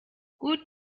gut